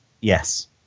Yes